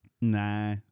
Nah